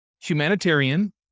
humanitarian